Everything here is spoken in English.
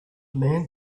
man